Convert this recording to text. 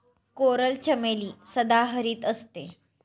coral चमेली सदाहरित असते